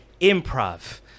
improv